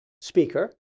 speaker